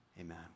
Amen